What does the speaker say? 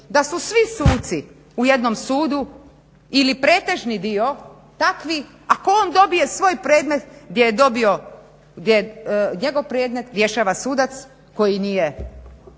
da su svi suci u jednom sudu ili pretežni dio takvi ako on dobije svoj predmet gdje je dobio, gdje njegov predmet rješava sudac koji nije